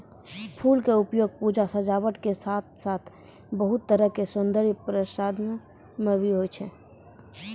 फूल के उपयोग पूजा, सजावट के साथॅ साथॅ बहुत तरह के सौन्दर्य प्रसाधन मॅ भी होय छै